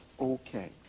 okay